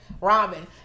robin